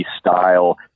style